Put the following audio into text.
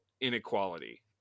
inequality